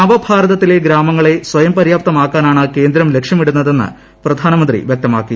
നവഭാരതത്തിലെ ഗ്രാമങ്ങളെ സ്വയം പര്യാപ്തമാക്കാനാണ് കേന്ദ്രം ലക്ഷ്യമിടുന്നതെന്ന് പ്രധാനമന്ത്രി വൃക്തമാക്കി